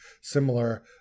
Similar